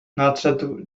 nadszedł